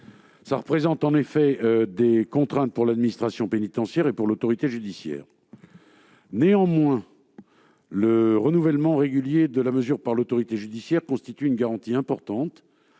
Il s'agit bel et bien de contraintes pour l'administration pénitentiaire et pour l'autorité judiciaire. Néanmoins, le renouvellement régulier de la mesure par l'autorité judiciaire est une garantie importante